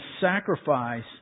sacrifice